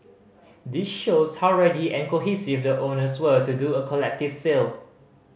this shows how ready and cohesive the owners were to do a collective sale